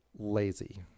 lazy